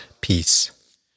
peace